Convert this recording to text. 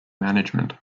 management